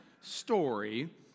story